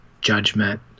judgment